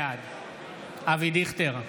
בעד אבי דיכטר,